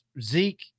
zeke